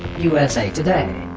usa today.